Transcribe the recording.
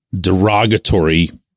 derogatory